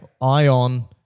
Ion